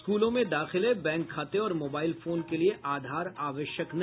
स्कूलों में दाखिले बैंक खाते और मोबाइल फोन के लिए आधार आवश्यक नहीं